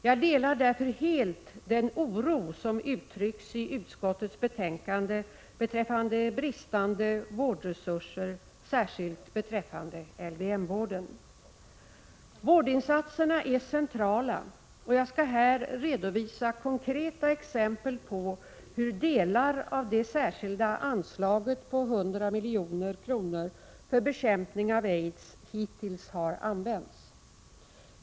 Jag delar därför helt den oro som uttrycks i utskottets betänkande beträffande bristande vårdresurser, särskilt beträffande LVM-vården. Vårdinsatserna är centrala, och jag skall här redovisa konkreta exempel på hur delar av det särskilda anslaget på 100 milj.kr. för bekämpningen av aids hittills har använts.